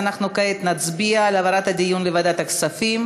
אז אנחנו כעת נצביע על העברת הדיון לוועדת הכספים.